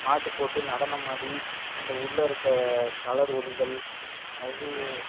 பாட்டுப் போட்டு நடனமாடி அந்த உள்ள இருக்கற கலர் ஒளிகள் அது